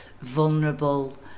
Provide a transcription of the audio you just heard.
vulnerable